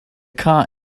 car